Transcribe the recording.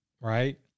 Right